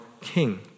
King